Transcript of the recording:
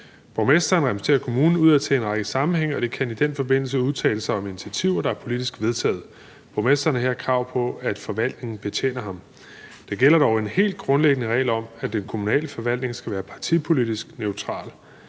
Borgmesteren repræsenterer kommunen udadtil i en række sammenhænge og kan i den forbindelse udtale sig om initiativer, der er politisk vedtaget. Borgmesteren her har krav på, at forvaltningen betjener ham. Der gælder dog en helt grundlæggende regel om, at den kommunale forvaltning skal være partipolitisk neutral.